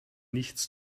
nichts